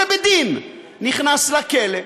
שבדין נכנס לכלא,